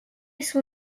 son